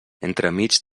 entremig